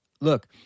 Look